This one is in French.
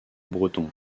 breton